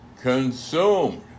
consumed